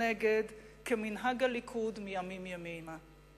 "נגד" כמנהג הליכוד מימים ימימה.